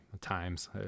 times